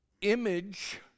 image